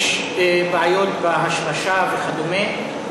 יש בעיות בהשמשה וכדומה.